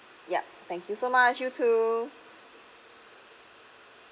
yup thank you so much you too